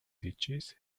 ditches